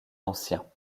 anciens